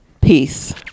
Peace